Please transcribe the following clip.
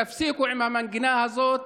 תפסיקו עם המנגינה הזאת.